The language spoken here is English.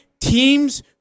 teams